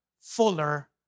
fuller